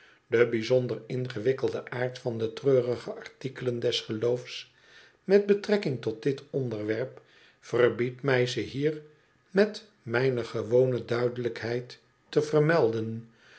de bijzonder ingewikkelde aard van de treurige artikelen des geloofs met betrekking tot dit onderwerp verbiedt mij ze hier met mijne gewone duidelijkheid te vermelden